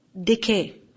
decay